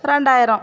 ரெண்டாயிரம்